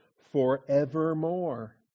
forevermore